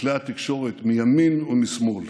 בכלי התקשורת מימין ומשמאל.